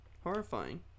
Horrifying